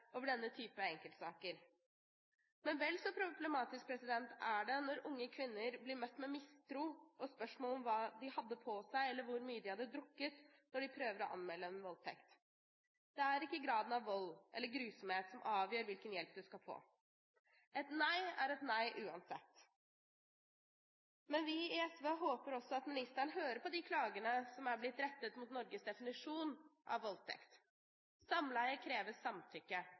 denne type enkeltsaker. Men vel så problematisk er det når unge kvinner blir møtt med mistro og spørsmål om hva de hadde på seg, eller hvor mye de hadde drukket, når de prøver å anmelde en voldtekt. Det er ikke graden av vold eller grusomhet som avgjør hvilken hjelp en skal få. Et nei er et nei, uansett. Vi i SV håper at ministeren hører på de klagene som er blitt rettet mot Norges definisjon av voldtekt. Samleie krever samtykke.